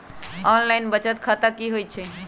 Online बचत खाता की होई छई?